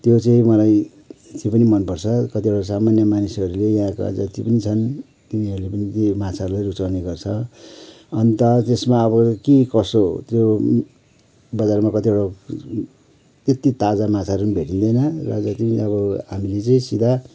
त्यो चाहिँ मलाई त्यो पनि मन पर्छ कतिवटा सामान्य मानिसहरूले यहाँका जति पनि छन् तिनीहरूले पनि यी माछाहरू नै रुचाउने गर्छ अन्त त्यसमा अब के कसो त्यो बजारमा कतिवटा त्यति ताजा माछाहरू पनि भेटिँदैन र जतिपनि अब हामीले चाहिँ सिधा